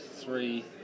three